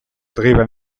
driven